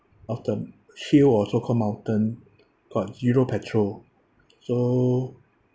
of the hill or so-called mountain got zero petrol so